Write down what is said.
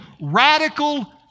radical